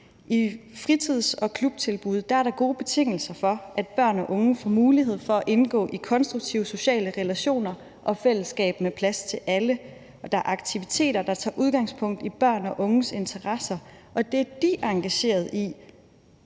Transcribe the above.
I fritids- og klubtilbud er der gode betingelser for, at børn og unge får mulighed for at indgå i konstruktive sociale relationer og fællesskaber med plads til alle, og der er aktiviteter, der tager udgangspunkt i børn og unges interesser og i det, de er engagerede i.